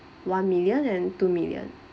one million and two million